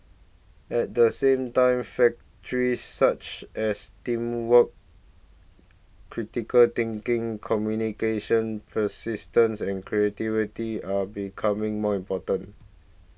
at the same time factors such as teamwork critical thinking communication persistence and creativity are becoming more important